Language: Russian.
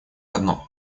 одно